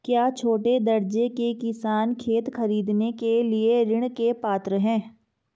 क्या छोटे दर्जे के किसान खेत खरीदने के लिए ऋृण के पात्र हैं?